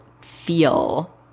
feel